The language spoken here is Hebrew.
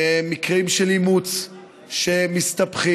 מקרים של אימוץ שמסתבכים,